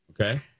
Okay